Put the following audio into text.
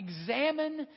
examine